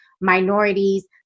minorities